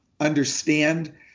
understand